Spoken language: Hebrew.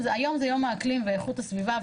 הוא שהיום זה יום האקלים ואיכות הסביבה,